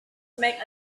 make